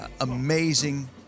Amazing